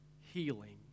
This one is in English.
healing